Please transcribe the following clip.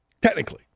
Technically